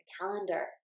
calendar